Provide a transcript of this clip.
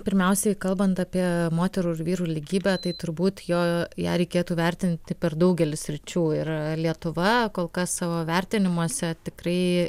pirmiausiai kalbant apie moterų ir vyrų lygybę tai turbūt jo ją reikėtų vertinti per daugelį sričių ir lietuva kol kas savo vertinimuose tikrai